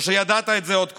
או שידעת את זה עוד קודם?